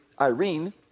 Irene